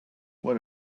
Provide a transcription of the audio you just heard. what